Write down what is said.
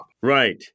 Right